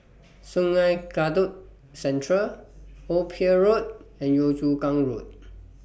Sungei Kadut Central Old Pier Road and Yio Chu Kang Road